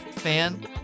fan